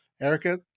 Erica